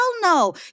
no